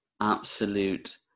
Absolute